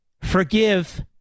Forgive